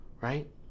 right